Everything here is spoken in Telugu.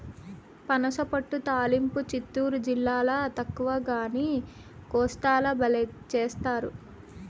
పనసపొట్టు తాలింపు చిత్తూరు జిల్లాల తక్కువగానీ, కోస్తాల బల్లే చేస్తారు